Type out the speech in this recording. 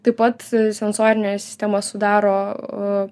taip pat sensorinę sistemą sudaro